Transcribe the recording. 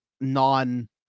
non